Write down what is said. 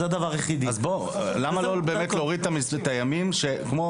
למה לא להוריד את הימים כמו